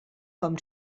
com